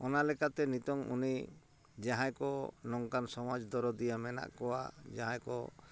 ᱚᱱᱟ ᱞᱮᱠᱟᱛᱮ ᱱᱤᱛᱚᱝ ᱩᱱᱤ ᱡᱟᱦᱟᱸᱭᱠᱚ ᱱᱚᱝᱠᱟᱱ ᱥᱚᱢᱟᱡᱽ ᱫᱚᱨᱚᱫᱤᱭᱟ ᱢᱮᱱᱟᱜ ᱠᱚᱣᱟ ᱡᱟᱦᱟᱸᱭᱠᱚ